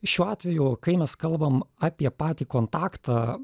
šiuo atveju kai mes kalbam apie patį kontaktą